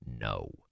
no